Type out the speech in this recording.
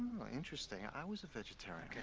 oh, interesting. i was a vegetarian